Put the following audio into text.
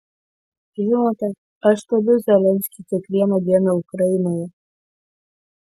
žinote aš stebiu zelenskį kiekvieną dieną ukrainoje